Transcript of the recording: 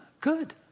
Good